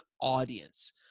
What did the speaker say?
audience